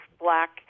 black